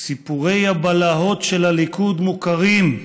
"סיפורי הבלהות של הליכוד מוכרים.